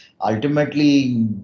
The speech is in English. ultimately